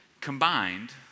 combined